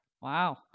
Wow